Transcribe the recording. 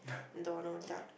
Donald-Duck